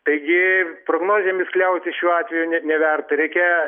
taigi prognozėmis kliautis šiuo atveju ne neverta reikia